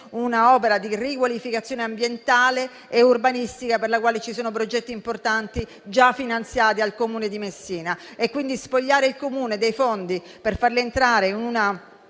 un'opera di riqualificazione ambientale e urbanistica, per la quale ci sono progetti importanti già finanziati dal Comune di Messina. Spogliare il Comune dei fondi, per farli entrare in una